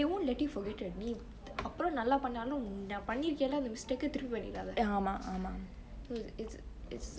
and they won't let you forget your நீ அப்ரோ நல்லா பன்னாலு நா பன்னிருக்கென்ல அந்த:nee apro nalla pannaalu naa pannirukenle anthe mistake க திரும்ப எடுப்பாங்க:ke tirumbe edupangge it's it's